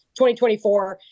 2024